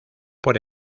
por